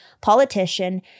politician